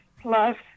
plus